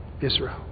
Israel